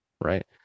Right